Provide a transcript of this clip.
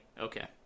Okay